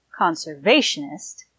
conservationist